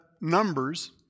numbers